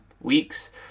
weeks